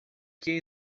que